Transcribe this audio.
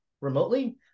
remotely